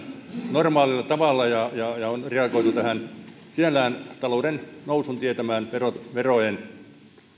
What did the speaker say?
normaalilla tavalla ja ja on reagoitu tähän sinällään talouden nousun tietämään verojen verojen